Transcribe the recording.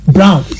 Brown